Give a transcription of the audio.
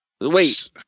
Wait